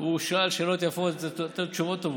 הוא שאל שאלות יפות וצריך לתת תשובות טובות.